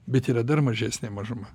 bet yra dar mažesnė mažuma